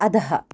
अधः